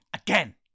Again